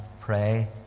pray